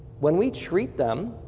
when we treat them,